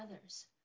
others